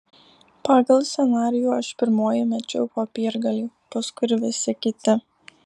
pagal scenarijų aš pirmoji mečiau popiergalį paskui ir visi kiti